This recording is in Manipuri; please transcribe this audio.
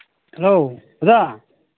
ꯍꯂꯣ ꯑꯣꯖꯥ